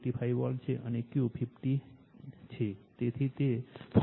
85 volt છે અને Q 50 છે તેથી તે 42